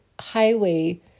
highway